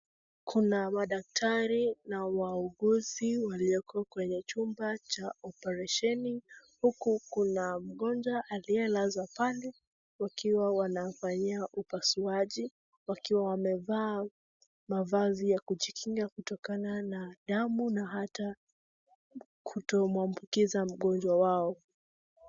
Kuna madaktari na wauguzi walioko kwenye chumba cha oparesheni ,huku kuna mgonjwa aliyelazwa pale wakiwa wanamfanyia upasuaji wakiwa wamevaa mavazi ya kujikinga kutokana na damu na hata kutomwambukiza mgonjwa wao.